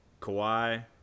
Kawhi